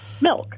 milk